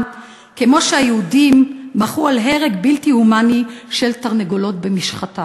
כמו שהיהודים מחו על הרג בלתי הומני של תרנגולות במשחטה.